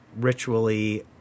ritually